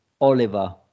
Oliver